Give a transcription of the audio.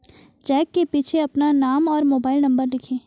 check के पीछे अपना नाम और मोबाइल नंबर लिखें